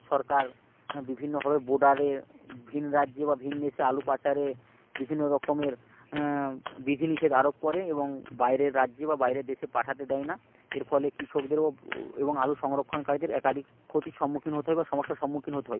সরকার বিভিন্নভাবে বর্ডারে ভিন রাজ্যে বা ভিন দেশে আলু পাচারে বিভিন্ন রকমের বিধিনিষেধ আরোপ করে এবং বাইরের রাজ্যে বা বাইরের দেশে পাঠাতে দেয় না এর ফলে কৃষকদেরও এবং আলু সংরক্ষণকারীদের একাধিক ক্ষতির সম্মুখীন হতে হয় বা সমস্যার সম্মুখীন হতে হয়